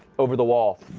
over the wall.